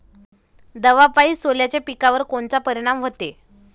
दवापायी सोल्याच्या पिकावर कोनचा परिनाम व्हते?